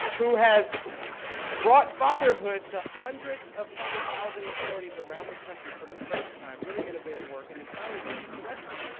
who has brought fatherhood to hundreds of public housing authorities around the country for the first time, really innovative work. and then finally, vicki turetsky.